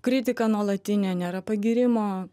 kritika nuolatinė nėra pagyrimo